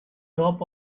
top